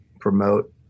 promote